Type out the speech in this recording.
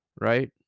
right